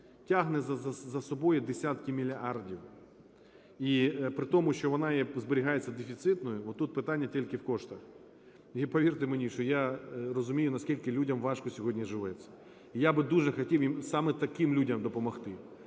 тягне за собою десятки мільярдів. І притому, що вона зберігається дефіцитною, отут питання тільки в коштах. І повірте мені, що я розумію, наскільки людям важко сьогодні живеться, і я б дуже хотів саме таким людям допомогти.